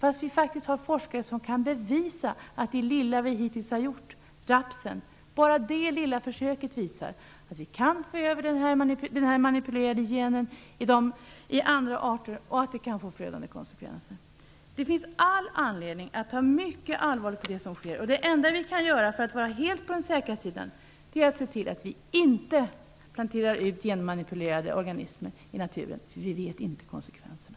Men vi har faktiskt forskare som kan bevisa, genom det lilla försök vi hittills har gjort med rapsen, att den manipulerade genen kan gå över i andra arter, vilket kan få förödande konsekvenser. Det finns all anledning att se mycket allvarligt på det som sker. Det enda som vi kan göra för att vara helt på den säkra sidan är att se till att vi inte planterar ut genmanipulerade organismer i naturen, för vi känner inte till konsekvenserna.